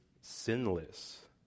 sinless